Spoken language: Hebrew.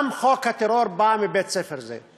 גם חוק הטרור בא מבית-ספר זה.